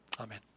Amen